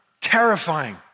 Terrifying